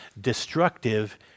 destructive